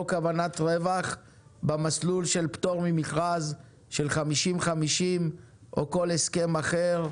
כוונת רווח במסלול של פטור ממכרז של 50:50 או כל הסכם אחר,